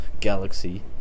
galaxy